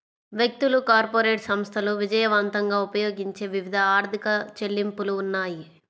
వ్యక్తులు, కార్పొరేట్ సంస్థలు విజయవంతంగా ఉపయోగించే వివిధ ఆర్థిక చెల్లింపులు ఉన్నాయి